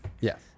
Yes